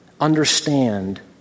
understand